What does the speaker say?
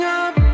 up